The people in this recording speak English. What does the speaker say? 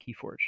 keyforge